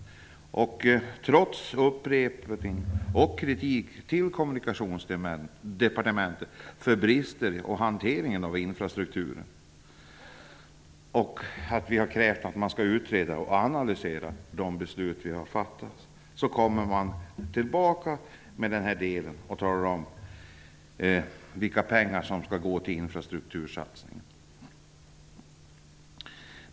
Trots kritik till Kommunikationsdepartementet för brister i hanteringen av infrastrukturen och trots att vi har krävt att man skall utreda och analysera de beslut vi har fattat, kommer man tillbaka i den här delen och talar om vilka pengar som skall gå till infrastruktursatsningen.